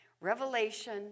Revelation